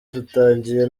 rutangiye